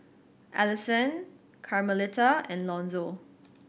Allisson Carmelita and Lonzo